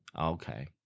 Okay